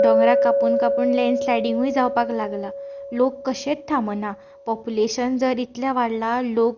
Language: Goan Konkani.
दोंगरा कापून कापून लॅंडस्लायडींगूय जावपाक लागलां लोक कशेच थांबना पोपुलेशन जर इतलें वाडलां लोक